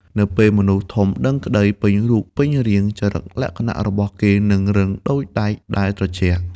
នៅពេលមនុស្សធំដឹងក្ដីពេញរូបពេញរាង ចរិតលក្ខណៈរបស់គេនឹងរឹងដូចដែកដែលត្រជាក់។